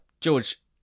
George